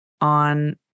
on